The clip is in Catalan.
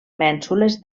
mènsules